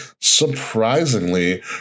surprisingly